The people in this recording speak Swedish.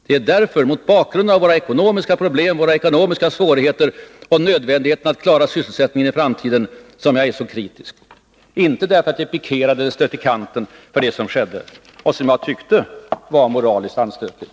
Det är därför — mot bakgrund av våra ekonomiska problem och svårigheter och nödvändigheten av att klara sysselsättningen i framtiden — som jag är så kritisk. Det är inte därför att jag är pikerad eller stött i kanten för det som skedde — och som jag tyckte var moraliskt anstötligt.